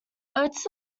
oats